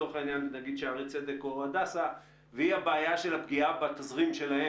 יש מכשיר שעושה שאת הבדיקה תוך שלוש וחצי שעות,